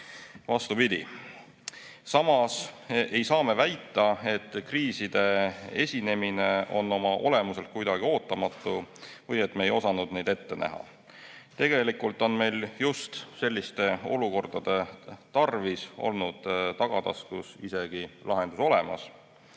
Vastupidi. Samas ei saa me väita, et kriiside esinemine on oma olemuselt kuidagi ootamatu või et me ei osanud neid ette näha. Tegelikult on meil just selliste olukordade tarvis olnud tagataskus isegi lahendus olemas.